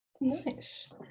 nice